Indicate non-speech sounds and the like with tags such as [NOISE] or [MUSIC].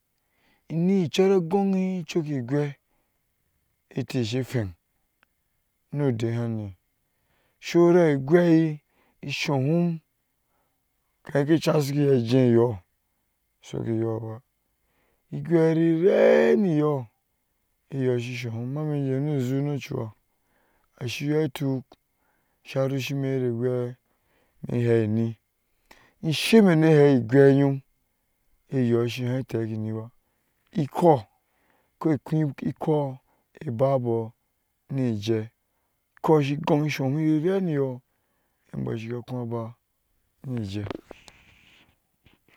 Enɛ churoh gonɛ chike gwai iteh shi hwɛŋ nudɛhɛnai saura igwai isohom ke hake chashi ke jeh yɔɔ saukpe yɔɔ ba igwai niranuyɔɔ [UNINTELLIGIBLE] a shi yɔɔ tuk sa rushi mɛ ishemi ni hɛ gwai yɔɔm eyɔɔ shienɛ ba ikou ke kon kou ababou ni jai ikou shi goŋ isohom nerenibɔɔ a saka koba nijai.